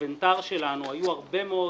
שבאינוונטר שלנו היו הרבה מאוד